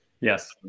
Yes